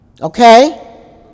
Okay